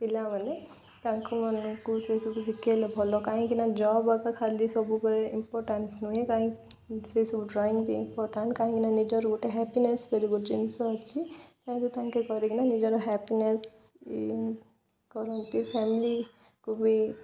ପିଲାମାନେ ତାଙ୍କୁମାନଙ୍କୁ ସେସବୁ ଶିଖେଇଲେ ଭଲ କାହିଁକିନା ଜବ୍ ଆକା ଖାଲି ସବୁବେଳେ ଇମ୍ପୋଟାଣ୍ଟ ନୁହେଁ କାହିଁ ସେସବୁ ଡ୍ରଇଂ ବି ଇମ୍ପୋର୍ଟାଣ୍ଟ କାହିଁକିନା ନିଜର ଗୋଟେ ହ୍ୟାପିନେସ୍ ବୋଲି ଜିନିଷ ଅଛି କାହିଁକି ତାଙ୍କେ କରିକିନା ନିଜର ହ୍ୟାପିନେସ୍ କରନ୍ତି ଫ୍ୟାମିଲିକୁ ବି